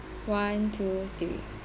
one two three